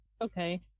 Okay